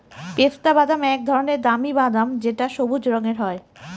পেস্তা বাদাম এক ধরনের দামি বাদাম যেটা সবুজ রঙের হয়